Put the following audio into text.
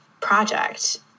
project